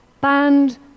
banned